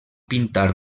pintar